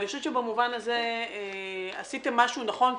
אני חושבת שבמובן הזה עשיתם משהו נכון.